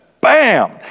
Bam